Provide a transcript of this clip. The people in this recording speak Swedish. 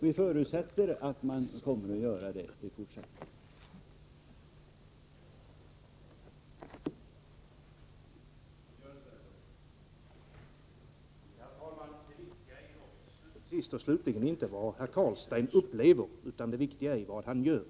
Vi förutsätter att man kommer att göra det i fortsättningen.